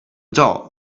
doll